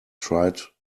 tried